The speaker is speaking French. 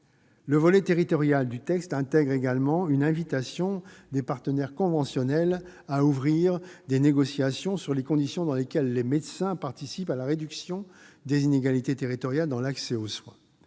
Le volet territorial du texte contient également une invitation des partenaires conventionnels à ouvrir des négociations sur les conditions dans lesquelles les médecins participent à la réduction des inégalités territoriales dans l'accès aux soins.